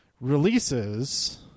releases